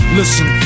listen